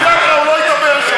שלא ידבר,